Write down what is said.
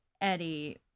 Eddie